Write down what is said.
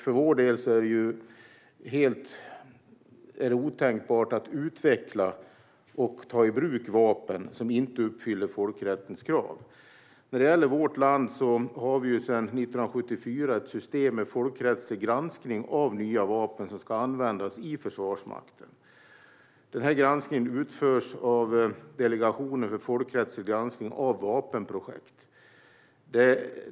För vår del är det otänkbart att utveckla och ta i bruk vapen som inte uppfyller folkrättens krav. I vårt land har vi sedan 1974 ett system för folkrättslig granskning av nya vapen som ska användas i Försvarsmakten. Den granskningen utförs av Delegationen för folkrättslig granskning av vapenprojekt.